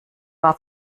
war